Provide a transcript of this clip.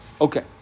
Okay